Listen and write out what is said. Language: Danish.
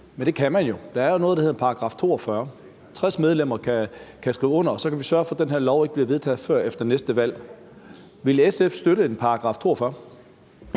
men det kan man jo. Der er jo noget, der hedder § 42. 60 medlemmer kan skrive under, og så kan vi sørge for, at den her lov ikke bliver vedtaget før efter næste valg. Vil SF støtte en aktivering